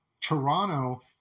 Toronto